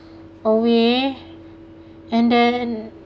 away and then